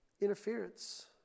Interference